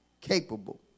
Capable